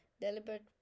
deliberate